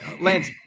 Lance